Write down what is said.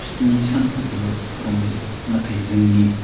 स्नि सानखौबो रंजायो नाथाय जोंनि